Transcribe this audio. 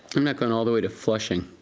i'm not going all the way to flushing.